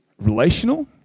relational